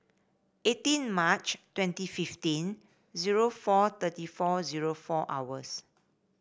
eighteen March twenty fifteen zero four thirty four zero four hours